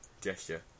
gesture